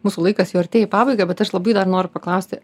mūsų laikas jau artėja į pabaigą bet aš labai dar noriu paklausti